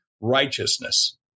righteousness